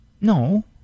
No